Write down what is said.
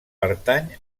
pertany